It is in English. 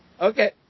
Okay